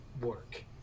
work